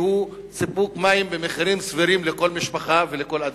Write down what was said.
והוא אספקת מים במחירים סבירים לכל משפחה ולכל אדם.